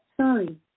Sorry